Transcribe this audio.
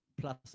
Plus